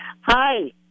Hi